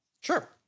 Sure